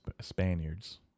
Spaniards